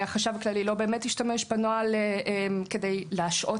החשב הכללי לא באמת השתמש בנוהל כדי להשעות